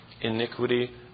iniquity